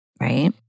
Right